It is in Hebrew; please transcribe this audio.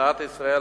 שמדינת ישראל,